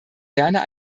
ferner